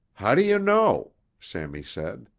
how do you know? sammy said.